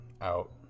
out